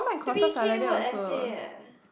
three K word essay eh